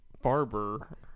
barber